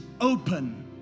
open